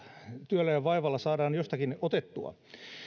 työllä ja vaivalla saadaan jostakin otettua